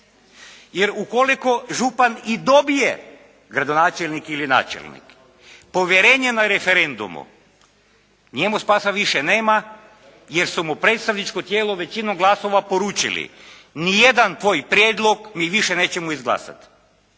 jer ukoliko župan i dobije, gradonačelnik ili načelnik povjerenje na referendumu, njemu spasa više nema jer su mu predstavničko tijelo većinom glasova poručili, ni jedan tvoj prijedlog mi više nećemo izglasati